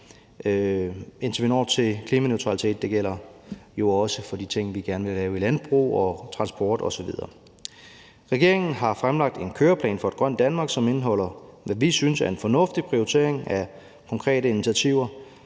indtil vi når til klimaneutralitet. Det gælder jo også for de ting, vi gerne vil lave i landbruget, transportsektoren osv. Regeringen har fremlagt en køreplan for et grønt Danmark, som indeholder det, vi synes er en fornuftig prioritering af konkrete initiativer,